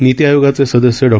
नीती आयोगाचे सदस्य डॉ